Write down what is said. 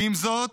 ועם זאת,